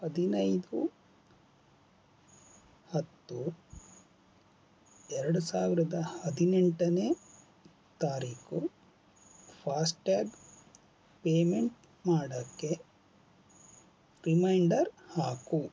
ಹದಿನೈದು ಹತ್ತು ಎರಡು ಸಾವಿರದ ಹದಿನೆಂಟನೇ ತಾರೀಖು ಫಾಸ್ಟ್ ಟ್ಯಾಗ್ ಪೇಮೆಂಟ್ ಮಾಡೋಕ್ಕೆ ರಿಮೈಂಡರ್ ಹಾಕು